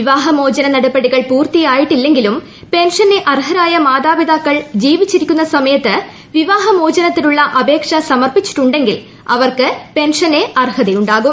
വിവാഹമോചന നടപടികൾ പൂർത്തിയായിട്ടില്ലെങ്കിലും പെൻഷന് അർഹരായ മാതാപിതാക്കൾ ജീവിച്ചിരിക്കുന്ന സമയത്ത് വിവാഹമോചനത്തിനുള്ള അപേക്ഷ സമർപ്പിച്ചിട്ടുണ്ടെങ്കിൽ അവർക്ക് പെൻഷന് അർഹതയുണ്ടാകും